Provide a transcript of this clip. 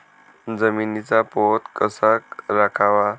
जमिनीचा पोत कसा राखावा?